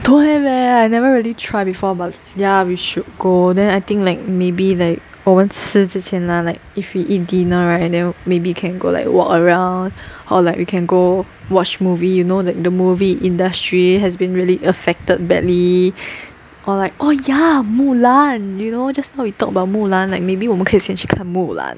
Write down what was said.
don't have leh I never really try before but ya we should go then I think like maybe like 我们吃之前 lah like if we eat dinner right and then maybe you can go like walk around or like we can go watch movie you know that the movie industry has been really affected badly or like oh ya Mulan you know just now we talk about 木兰 like maybe 我们可以先去看木兰